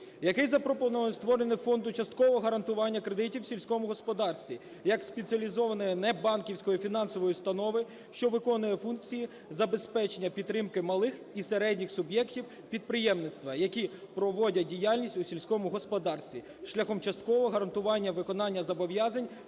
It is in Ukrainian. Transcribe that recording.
яким запропоновано створення Фонд часткового гарантування кредитів у сільському господарстві, як спеціалізованої небанківської фінансової установи, що виконує функції забезпечення підтримки малих і середніх суб'єктів підприємництва, які проводять діяльність у сільському господарстві шляхом часткового гарантування виконання зобов'язань